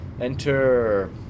enter